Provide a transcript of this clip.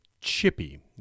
Chippy